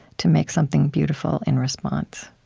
to make something beautiful in response.